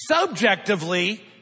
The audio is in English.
Subjectively